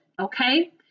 okay